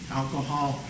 alcohol